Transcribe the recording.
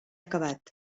acabat